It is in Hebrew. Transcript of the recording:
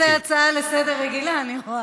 עשית מזה הצעה רגילה לסדר-היום, אני רואה.